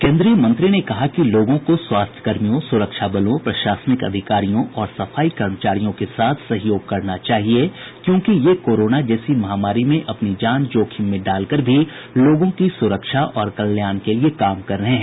श्री नकवी ने कहा कि लोगों को स्वास्थ्यकर्मियों स्रक्षा बलों प्रशासनिक अधिकारियों और सफाई कर्मचारियों के साथ सहयोग करना चाहिए क्योंकि ये कोरोना जैसी महामारी में अपनी जान जोखिम में डालकर भी लोगों की सुरक्षा और कल्याण के लिए काम कर रहे हैं